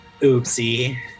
Oopsie